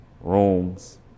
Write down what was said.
rooms